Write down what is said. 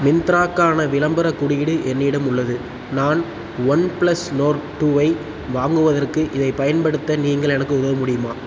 மிந்த்ரா க்கான விளம்பரக் குறியீடு என்னிடம் உள்ளது நான் ஒன்பிளஸ் நோர்ட் டூ ஐ வாங்குவதற்கு இதைப் பயன்படுத்த நீங்கள் எனக்கு உதவ முடியுமா